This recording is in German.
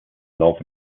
laufe